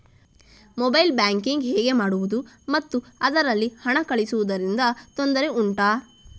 mobile banking ಹೇಗೆ ಮಾಡುವುದು ಮತ್ತು ಅದರಲ್ಲಿ ಹಣ ಕಳುಹಿಸೂದರಿಂದ ತೊಂದರೆ ಉಂಟಾ